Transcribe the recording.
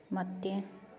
ꯃꯇꯦꯡ